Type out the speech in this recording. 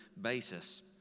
basis